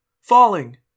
Falling